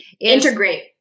Integrate